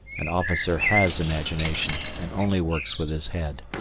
an officer has imagination, and only works with his head.